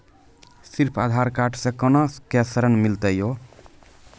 सिर्फ आधार कार्ड से कोना के ऋण मिलते यो?